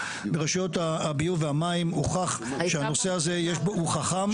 שברשויות הביוב והמים הוכח שהנושא הזה הוא חכם.